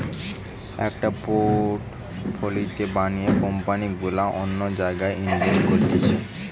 একটা পোর্টফোলিও বানিয়ে কোম্পানি গুলা অন্য জায়গায় ইনভেস্ট করতিছে